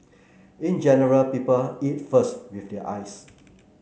in general people eat first with their eyes